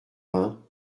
vingt